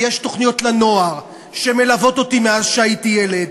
ויש תוכניות לנוער שמלוות אותי מאז הייתי ילד,